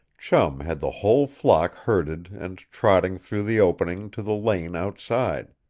chum had the whole flock herded and trotting through the opening, to the lane outside.